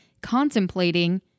contemplating